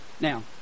Now